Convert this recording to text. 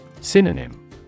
Synonym